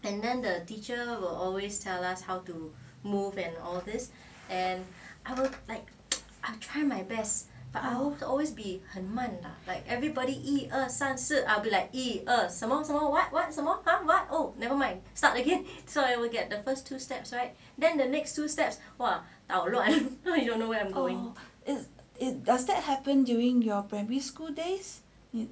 does that happen during your primary school days